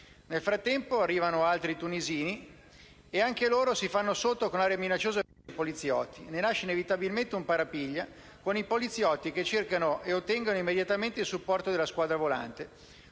Nel frattempo arrivano gli altri tunisini, e anche loro si fanno sotto con aria minacciosa verso i poliziotti. Ne nasce inevitabilmente un parapiglia, con i poliziotti che cercano e ottengono immediatamente il supporto della squadra volante: